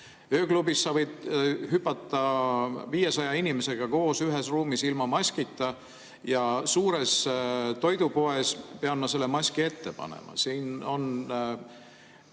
Ööklubis võid sa hüpata 500 inimesega koos ühes ruumis ilma maskita, aga suures toidupoes pead sa maski ette panema. Siin on